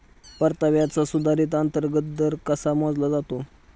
परताव्याचा सुधारित अंतर्गत दर कसा मोजला जातो?